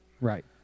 right